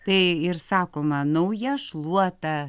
tai ir sakoma nauja šluota